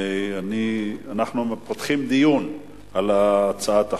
אנחנו פותחים דיון על הצעת החוק.